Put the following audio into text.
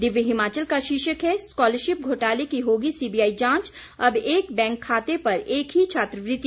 दिव्य हिमाचल का शीर्षक है स्कॉलरशिप घोटाले की होगी सीबीआई जांच अब एक बैंक खाते पर एक ही छात्रवृति